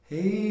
Hey